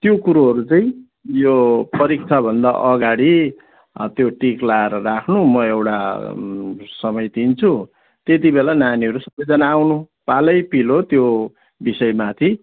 त्यो कुरोहरू चाहिँ यो परीक्षा भन्दा अगाडि त्यो टिक लाएर राख्नु म एउटा समय दिन्छु त्यति बेला नानीहरू सबैजना आउनु पालैपिलो त्यो विषयमाथि